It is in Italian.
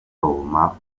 roma